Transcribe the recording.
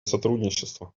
сотрудничество